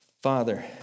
Father